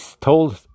told